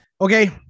Okay